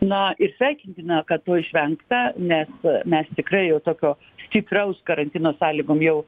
na ir sveikintina kad to išvengta nes mes tikrai jau tokio stipraus karantino sąlygom jau